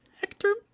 Hector